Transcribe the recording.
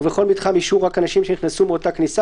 ובכל מתחם ישהו רק אנשים שנכנסו מאותה כניסה